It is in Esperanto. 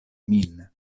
min